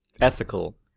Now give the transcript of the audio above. ethical